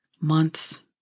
months